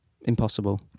Impossible